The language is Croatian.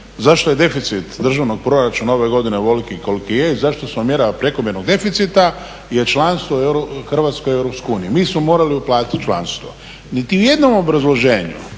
zašto je deficit državnog proračuna ove godine ovoliki koliki je i zašto …/Govornik se ne razumije./… je članstvo Hrvatske u EU. Mi smo morali uplatiti članstvo. Niti u jednom obrazloženju,